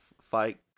fight